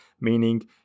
meaning